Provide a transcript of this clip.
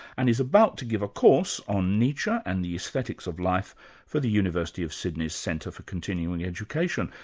and is about to give a course on nietzsche and the aesthetics of life for the university of sydney's centre for continuing education.